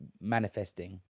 manifesting